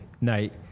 night